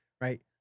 right